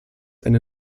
eine